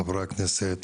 חברי הכנסת,